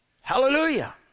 hallelujah